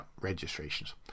registrations